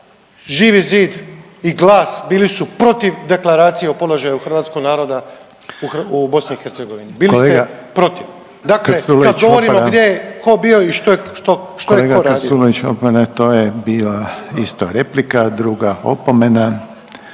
Živi zid i GLAS bili su protiv Deklaracije o položaju hrvatskog naroda u BiH, bili ste protiv, dakle kad govorimo gdje je ko bio i što je ko radio. **Reiner, Željko (HDZ)** Kolega Krstulović